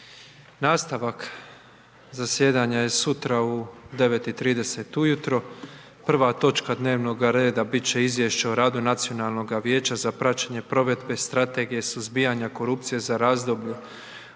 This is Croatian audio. Nastavak zasjedanja je sutra u 09,30 sati ujutro, prva točka dnevnoga reda bit će Izvješće o radu Nacionalnoga vijeća za praćenje provedbe Strategije suzbijanja korupcije za razdoblje